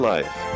Life